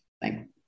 Thank